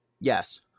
Yes